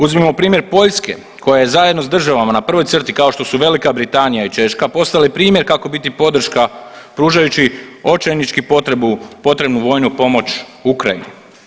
Uzmimo primjer Poljske koja je zajedno s državama na prvoj crti kao što su Velika Britanija i Češka postale primjer kako biti podrška pružajući očajnički potrebu, potrebnu vojnu pomoć Ukrajini.